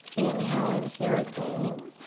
inhale in here again.